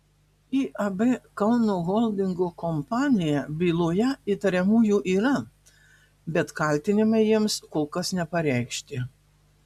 iab kauno holdingo kompanija byloje įtariamųjų yra bet kaltinimai jiems kol kas nepareikšti